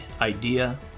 Idea